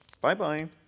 Bye-bye